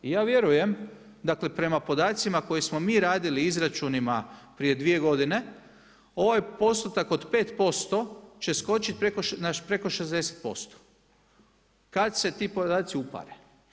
I ja vjerujem, dakle prema podacima koje smo mi radili i izračunima, prije 2 godine, ovaj postotak od 5%, će skočiti preko 60% kad se ti podaci upare.